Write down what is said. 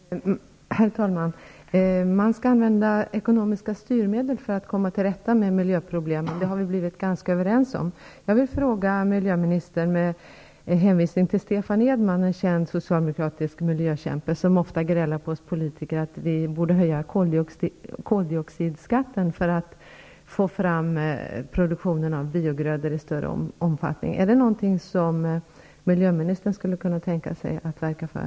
Herr talman! Vi har blivit ganska överens om att man skall använda ekonomiska styrmedel för att komma till rätta med miljöproblemen. Jag vill med hänvisning till Stefan Edman, en känd socialdemokratisk miljökämpe som ofta grälar på oss politiker att vi borde höja koldioxidskatten för att produktionen av biogrödor skall få en större omfattning, fråga miljöministern om detta är något som han skulle kunna tänka sig att verka för.